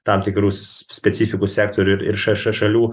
tam tikrų s specifikų sektorių ir ir ša šalių